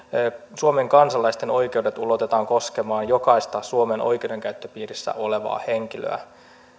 suomen kansalaisten oikeudet ulotetaan koskemaan jokaista suomen oikeudenkäyttöpiirissä olevaa henkilöä